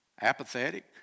Apathetic